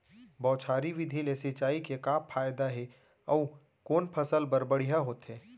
बौछारी विधि ले सिंचाई के का फायदा हे अऊ कोन फसल बर बढ़िया होथे?